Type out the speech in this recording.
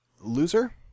loser